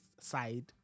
side